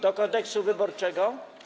Do Kodeksu wyborczego?